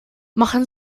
machen